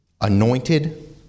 anointed